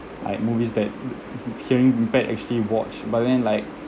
like movies that hearing impaired actually watch but then like